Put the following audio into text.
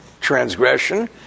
transgression